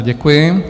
Děkuji.